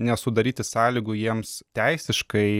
nesudaryti sąlygų jiems teisiškai